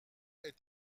est